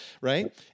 right